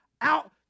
out